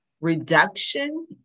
Reduction